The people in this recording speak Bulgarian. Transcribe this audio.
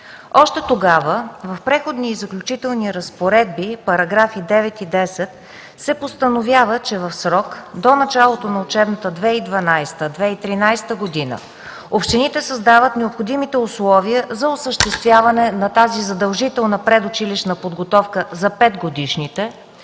Още тогава в Преходни и заключителни разпоредби, параграфи 9 и 10 се постановява, че в срок до началото на учебната 2012-2013 г. общините създават необходимите условия за осъществяване на задължителната предучилищна подготовка за петгодишните,